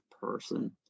person